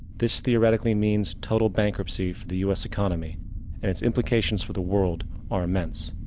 this theoretically means total bankruptcy for the us economy and it's implications for the world are immense.